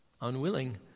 unwilling